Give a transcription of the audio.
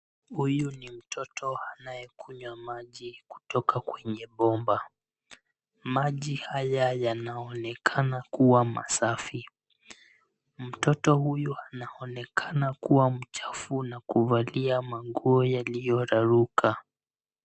Huyu ni mtoto anayekunywa maji kutoka kwenye bomba. Maji haya yanaonekana kuwa masafi. Mtoto huyu anaonekana kuwa mchafu na kuvalia nguo zilizoraruka